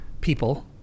people